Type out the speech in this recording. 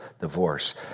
divorce